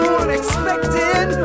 unexpected